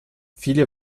viele